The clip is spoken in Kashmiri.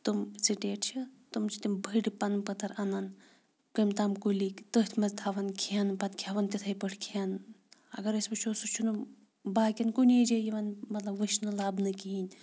تِم سٹیٹ چھِ تِم چھِ تِم بٔڈۍ پَنہٕ وٕتھٔر اَنان کٔمۍ تام کُلِکۍ تٔتھۍ منٛز تھاوان کھٮ۪ن پَتہٕ کھٮ۪وان تِتھَے پٲٹھۍ کھٮ۪ن اگر أسۍ وٕچھو سُہ چھُ نہٕ باقٕیَن کُنی جاے یِوان مطلب وٕچھنہٕ لَبنہٕ کِہیٖنۍ